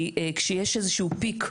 כי כשיש איזשהו פיק,